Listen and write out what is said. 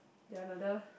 they are another